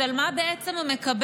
אז על מה בעצם הוא מקבל